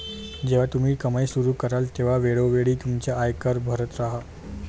जेव्हा तुम्ही कमाई सुरू कराल तेव्हा वेळोवेळी तुमचा आयकर भरत राहा